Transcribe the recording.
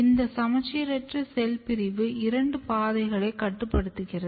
இந்த சமச்சீரற்ற செல் பிரிவு இரண்டு பாதைகளால் கட்டுப்படுத்தப்படுகிறது